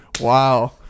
Wow